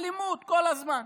אלימות כל הזמן,